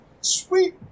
sweet